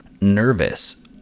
nervous